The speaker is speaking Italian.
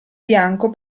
bianco